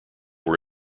were